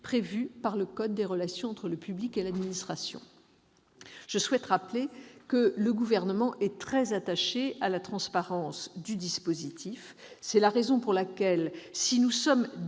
prévues par le code des relations entre le public et l'administration. Je souhaite rappeler que le Gouvernement est très attaché à la transparence du dispositif. C'est la raison pour laquelle, si nous sommes défavorables